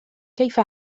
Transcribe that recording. كيف